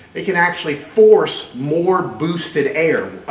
it can actually force more boosted air.